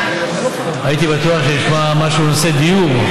הייתי בטוח שנשמע משהו על נושא הדיור.